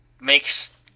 makes